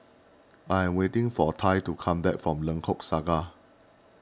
I am waiting for Tai to come back from Lengkok Saga